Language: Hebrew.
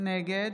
נגד